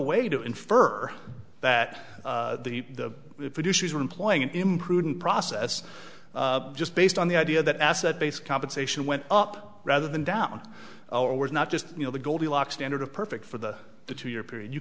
way to infer that the producers were employing it in imprudent process just based on the idea that asset base compensation went up rather than down or was not just you know the goldilocks standard of perfect for the the two year period you